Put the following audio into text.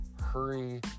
hurry